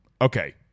Okay